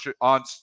on